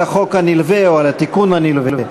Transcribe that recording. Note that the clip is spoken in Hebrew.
על החוק הנלווה או על התיקון הנלווה.